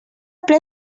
ple